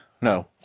No